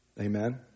Amen